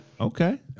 Okay